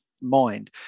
mind